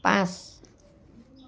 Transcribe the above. পাঁচ